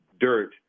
dirt